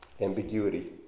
ambiguity